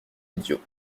idiot